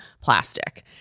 plastic